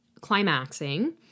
climaxing